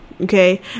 okay